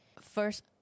first